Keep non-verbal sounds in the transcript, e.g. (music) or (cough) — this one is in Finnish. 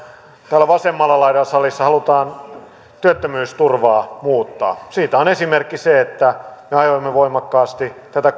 täällä vasemmalla laidalla salissa halutaan työttömyysturvaa muuttaa siitä on esimerkki se että me ajoimme voimakkaasti tätä (unintelligible)